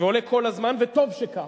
ועולה כל הזמן, וטוב שכך.